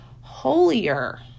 holier